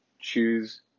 Choose